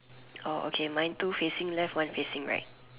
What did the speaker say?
oh okay mine two facing left one facing right